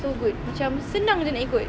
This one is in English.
so good macam senang jer nak ikut